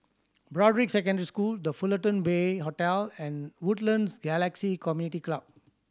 Broadrick Secondary School The Fullerton Bay Hotel and Woodlands Galaxy Community Club